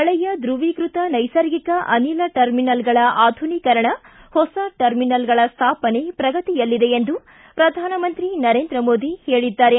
ಹಳೆಯ ದ್ರವೀಕೃತ ನೈಸರ್ಗಿಕ ಅನಿಲ ಟರ್ಮಿನಲ್ಗಳ ಆಧುನೀಕರಣ ಹೊಸ ಟರ್ಮಿನಲ್ಗಳ ಸ್ಥಾಪನೆ ಪ್ರಗತಿಯಲ್ಲಿದೆ ಎಂದು ಪ್ರಧಾನಮಂತ್ರಿ ನರೇಂದ್ರ ಮೋದಿ ಹೇಳಿದ್ದಾರೆ